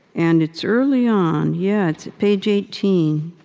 and it's early on. yeah it's page eighteen.